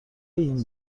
این